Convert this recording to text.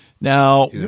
now